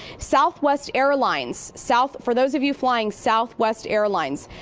southwest airlines, south for those of you flying southwest airlines,